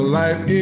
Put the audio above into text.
life